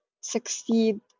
succeed